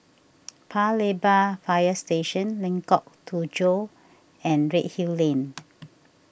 Pa Lebar Fire Station Lengkok Tujoh and Redhill Lane